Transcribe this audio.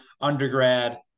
undergrad